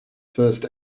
first